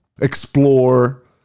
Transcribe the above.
explore